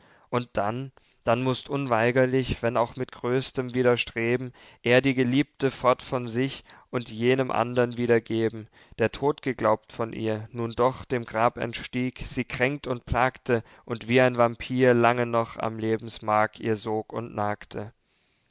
und dann dann mußt unweigerlich wenn auch mit größtem widerstreben er die geliebte fort von sich und jenem andern wiedergeben der todtgeglaubt von ihr nun doch dem grab entstieg sie kränkt und plagte und wie ein vampyr lange noch am lebensmark ihr sog und nagte